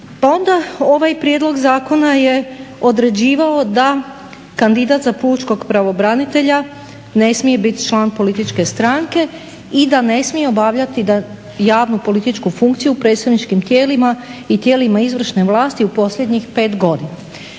Pa onda ovaj prijedlog zakona je određivao da kandidat za pučkog pravobranitelja ne smije biti član političke stranke i da ne smije obavljati javnu političku funkciju u predsjedničkim tijelima i tijelima izvršne vlasti u posljednjih pet godina.